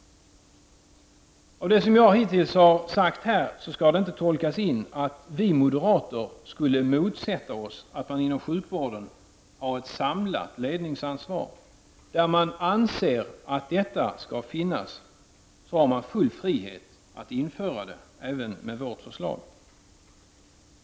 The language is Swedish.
Det som jag hittills har sagt skall inte tolkas så att vi moderater skulle motsätta oss att man inom sjukvården har ett samlat ledningsanvar. Där man anser att detta skall finnas har man full frihet att införa det även med vårt förslag.